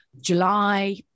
July